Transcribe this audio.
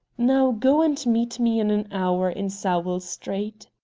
now, go, and meet me in an hour in sowell street.